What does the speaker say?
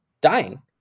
dying